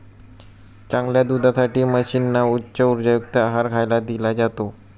चांगल्या दुधासाठी म्हशींना उच्च उर्जायुक्त आहार खायला दिला जातो